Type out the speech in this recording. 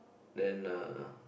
then uh